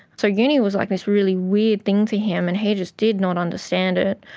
so uni was like this really weird thing to him and he just did not understand it.